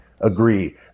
agree